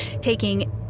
taking